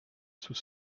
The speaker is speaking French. sous